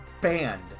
banned